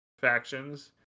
factions